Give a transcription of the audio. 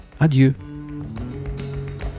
adieu